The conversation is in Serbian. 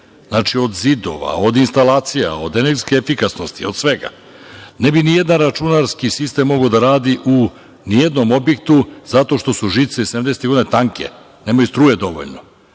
znači, od zidova, od instalacija, od energetske efikasnosti, od svega. Ne bi nijedan računarski sistem mogao da radi u nijednom objektu zato što su žice iz 70-ih godina tanke, nemaju struje dovoljno.